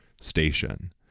station